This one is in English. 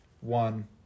one